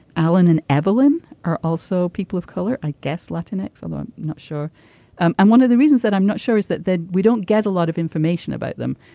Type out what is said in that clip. allen and avalon are also people of color. i guess latin ex although i'm not sure i'm i'm one of the reasons that i'm not sure is that that we don't get a lot of information about them.